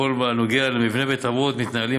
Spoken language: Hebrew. בכל הנוגע למבנה בית-האבות מתנהלים